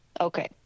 Okay